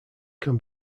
can